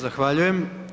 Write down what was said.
Zahvaljujem.